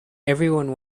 everyone